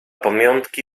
pamiątki